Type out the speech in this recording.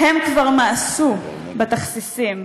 הם כבר מאסו בתכסיסים,